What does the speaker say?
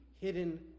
hidden